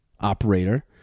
operator